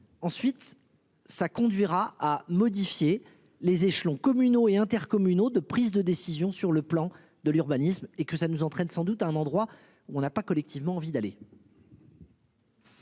Ensuite ça conduira à modifier les échelons communaux et intercommunaux de prise de décision sur le plan de l'urbanisme et que ça nous entraîne sans doute à un endroit où on n'a pas collectivement envie d'aller.